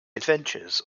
adventures